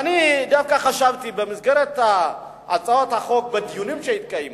ואני דווקא חשבתי שבמסגרת הדיונים שהתקיימו